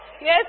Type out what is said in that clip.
Yes